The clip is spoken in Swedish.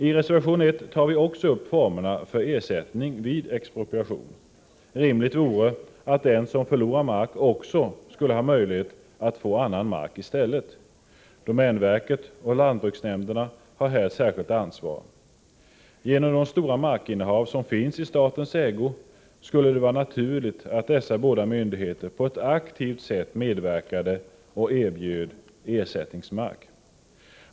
I reservation 1 tar vi också upp formerna för ersättning vid expropriation. Rimligt vore att den som förlorar mark skulle ha möjlighet att få annan mark i stället. Domänverket och lantbruksnämnderna har här ett särskilt ansvar. På grund av de stora markinnehav som finns i statens ägo skulle det vara naturligt att dessa båda myndigheter på ett aktivt sätt medverkade och erbjöd ersättningsmark.